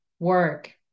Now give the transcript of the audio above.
work